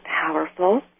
powerful